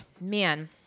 man